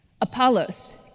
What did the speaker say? Apollos